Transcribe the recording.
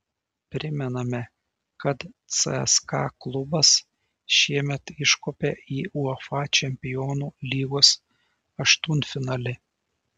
primename kad cska klubas šiemet iškopė į uefa čempionų lygos aštuntfinalį